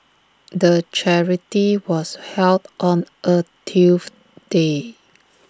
the charity was held on A Tuesday